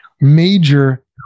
major